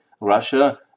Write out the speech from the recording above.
Russia